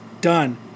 done